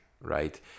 right